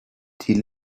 die